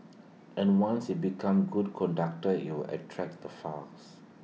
and once IT becomes A good conductor IT will attract the fires